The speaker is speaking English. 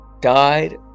died